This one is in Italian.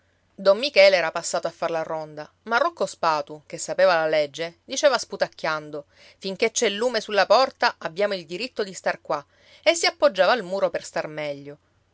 don michele era passato a far la ronda ma rocco spatu che sapeva la legge diceva sputacchiando finché c'è il lume sulla porta abbiamo il diritto di star qua e si appoggiava al muro per star meglio